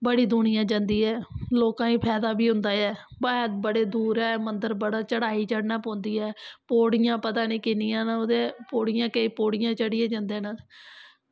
बड़ी दुनियां जांदे ऐ लोकां गी पैदा बी होंदा ऐ है बड़े दूर ऐ बड़ी चढ़ाई चढ़नां पौंदी ऐ पौड़ियां पता नी किन्नियां न पौड़ियां केंई पौड़ियां चढ़ियै जंदे न